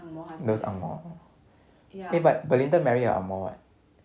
those angmoh eh but belinda marry a angmoh what